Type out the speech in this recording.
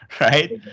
right